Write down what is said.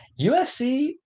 UFC